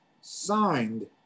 signed